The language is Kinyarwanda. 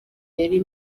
yari